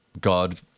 God